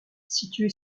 située